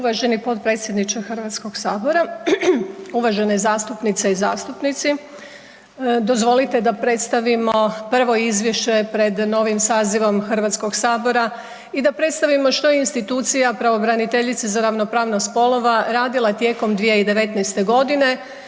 Uvaženi potpredsjedniče Hrvatskoga sabora, uvažene zastupnice i zastupnici. Dozvolite da predstavimo prvo izvješće pred novim sazivom HS-a i da predstavimo što institucija pravobraniteljice za ravnopravnost spolova radila tijekom 2019. g.